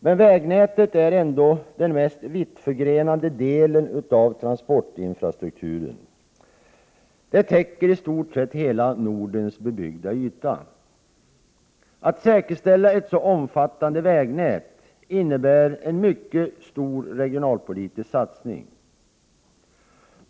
Men vägnätet är ändå den mest vittförgrenade delen av transportinfrastrukturen. Det täcker i stort sett hela Nordens bebyggda yta. Att säkerställa ett så omfattande vägnät innebär en mycket stor regionalpolitisk satsning.